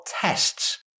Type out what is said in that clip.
tests